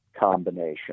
Combination